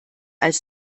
als